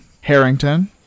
Harrington